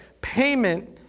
Payment